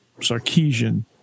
Sarkeesian